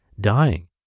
dying